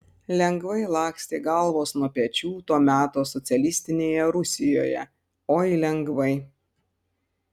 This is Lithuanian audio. lengvai lakstė galvos nuo pečių to meto socialistinėje rusijoje oi lengvai